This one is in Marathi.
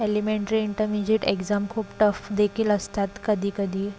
एलिमेंटरी इंटरमिजिएट एग्जाम खूप टफदेखील असतात कधी कधी